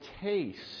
taste